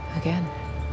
again